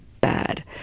bad